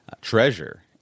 treasure